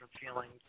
feeling